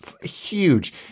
Huge